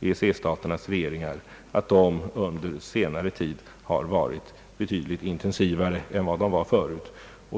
EEC-staternas regeringar under senare tid har varit betydligt intensivare än tidigare.